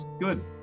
good